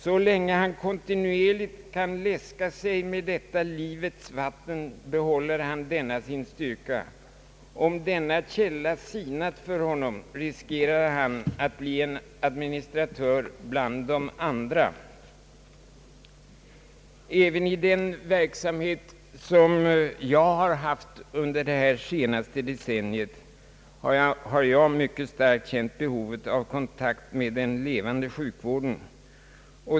Så länge han kontinuerligt kan läska sig med detta livets vatten, behåller han denna sin styrka. Om denna källa sinat för honom, riskerar han att bli en administratör bland de andra.» Även i den verksamhet som jag har bedrivit under det senaste decenniet har jag mycket starkt känt behovet av kontakt med den levande sjukvården.